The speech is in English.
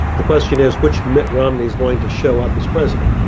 the question is which mitt romney's going to show up as president.